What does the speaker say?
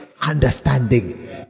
understanding